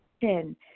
Ten